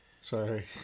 sorry